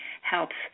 helps